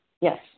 Yes